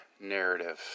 narrative